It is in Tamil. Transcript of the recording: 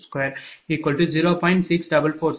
985739|20